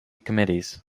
committees